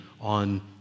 on